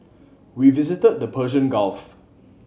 we visited the Persian Gulf